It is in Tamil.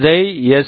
இதை எஸ்